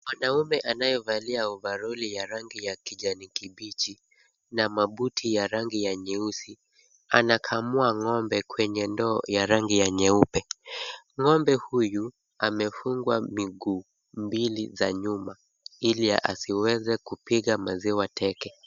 Mwanamume anayevalia ovaroli ya rangi ya kijani kibichi na mabuti ya rangi ya nyeusi, anakamua ng'ombe kwenye ndoo ya rangi ya nyeupe. Ng'ombe huyu amefungwa miguu mbili za nyuma ili asiweze kupiga maziwa teke.